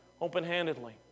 open-handedly